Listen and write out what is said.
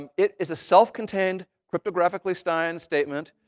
um it is a self-contained, cryptographically signed statement,